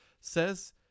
says